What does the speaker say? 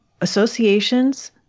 Associations